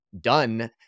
done